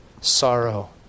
sorrow